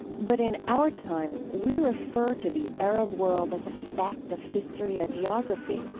but in our time, we refer to the arab world as a fact of history and geography.